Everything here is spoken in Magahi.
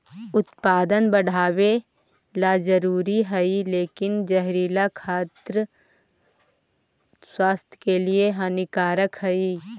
उत्पादन बढ़ावेला जरूरी हइ लेकिन जहरीला खाद्यान्न स्वास्थ्य के लिए हानिकारक हइ